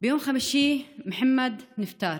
ביום חמישי מוחמד נפטר.